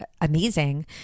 amazing